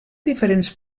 diferents